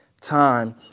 Time